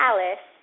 Alice